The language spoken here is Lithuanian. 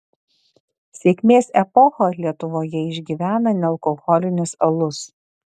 sėkmės epochą lietuvoje išgyvena nealkoholinis alus